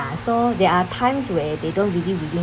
so there are times where they don't really really